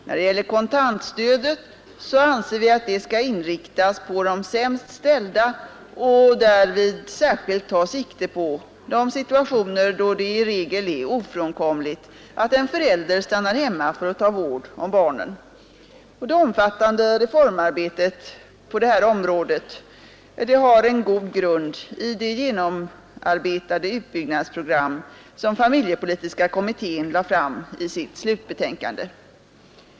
När det gäller kontantstödet anser vi att det skall inriktas på de sämst ställda och därvid särskilt ta sikte på de situationer då det i regel är ofrånkomligt att en förälder stannar hemma för att ta vård om barnen. Det omfattande reformarbetet på detta område har en god grund i det genomarbetade utbyggnadsprogram som familjepolitiska kommittén lade fram i sitt slutbetänkande.